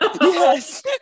Yes